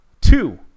Two